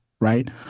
right